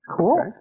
Cool